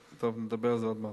טוב, נדבר על זה אולי עוד מעט.